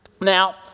Now